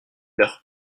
leur